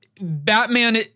batman